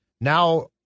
Now